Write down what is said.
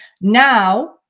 now